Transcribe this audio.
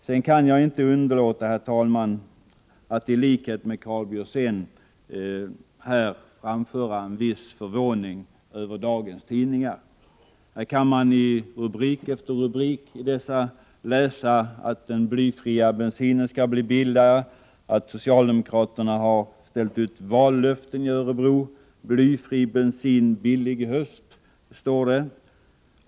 Sedan kan jag inte underlåta, herr talman, att i likhet med Karl Björzén uttala en viss förvåning över dagens tidningar. I tidningsrubrik efter tidningsrubrik kan man läsa att den blyfria bensinen skall bli billigare, att socialdemokraterna har ställt ut vallöften i Örebro. Blyfri bensin — billig i höst, står det.